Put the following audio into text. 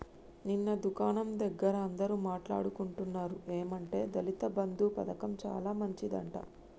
నిన్న దుకాణం దగ్గర అందరూ మాట్లాడుకుంటున్నారు ఏమంటే దళిత బంధు పథకం చాలా మంచిదట